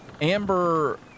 Amber